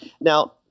now